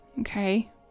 okay